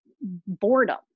boredom